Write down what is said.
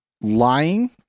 lying